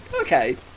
okay